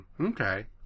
Okay